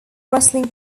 wrestling